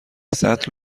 سطل